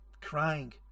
crying